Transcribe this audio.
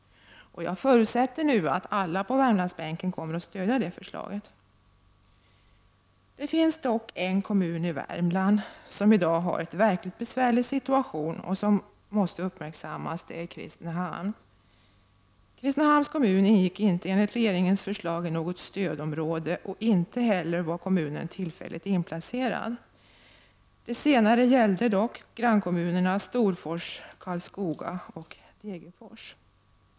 Jag förutsätter att alla på Värmlandsbänken kommer att stödja det förslaget. Det finns dock en kommun i Värmland som i dag har en verkligt besvärlig situation och som måste uppmärksammas, och det är Kristinehamn. Kristinehamns kommun ingick inte enligt regeringens förslag i något stödområde, och inte heller var kommunen tillfälligt inplacerad. Det senare gällde dock grannkommunerna Storfors, Karlskoga och Degerfors.